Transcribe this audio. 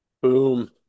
Boom